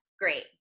Great